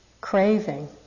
craving